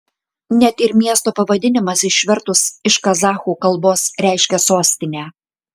net ir miesto pavadinimas išvertus iš kazachų kalbos reiškia sostinę